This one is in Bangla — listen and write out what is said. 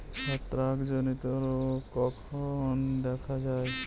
ছত্রাক জনিত রোগ কখন দেখা য়ায়?